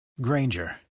Granger